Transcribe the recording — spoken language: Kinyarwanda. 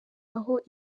aho